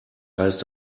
heißt